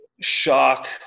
shock